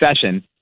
session